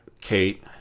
Kate